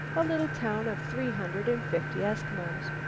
a little town of three hundred and fifty eskimos.